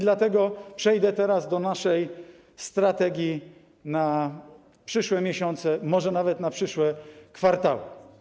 Dlatego przejdę teraz do naszej strategii na przyszłe miesiące, może nawet na przyszłe kwartały.